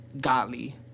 godly